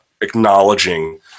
acknowledging